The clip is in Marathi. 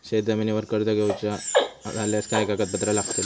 शेत जमिनीवर कर्ज घेऊचा झाल्यास काय कागदपत्र लागतली?